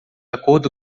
acordo